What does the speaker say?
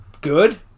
good